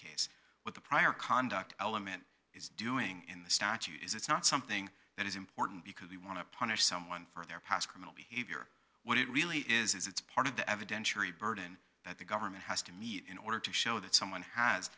case with the prior conduct element is doing in the statute is it's not something that is important because we want to punish someone for their past criminal behavior what it really is is it's part of the evidentiary burden that the government has to meet in order to show that someone